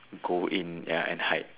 go in ya and hide